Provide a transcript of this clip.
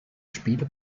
spiele